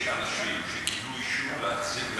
יש אנשים שקיבלו אישור להציב מכונות,